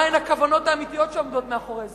מהן הכוונות האמיתיות שעומדות מאחורי זה?